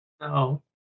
No